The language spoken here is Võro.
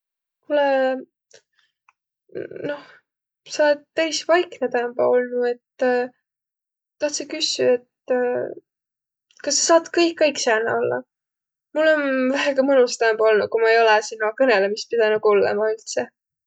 Kuulõq, noh, sa olõt peris vaiknõ täämbä olnuq, et tahtsõ küssüq, et kas sa sa saat kõik aig sääne ollaq? Mul om väega mõnus täämbä olnuq, ku ma ei olõq sino kõnõlõmist pidänüq kullõma üldse.